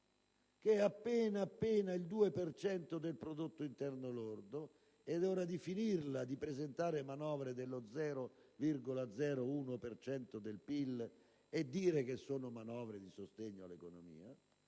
appena appena il 2 per cento del prodotto interno lordo: è ora di finirla di presentare manovre dello 0,01 per cento del PIL e dire che sono manovre di sostegno all'economia.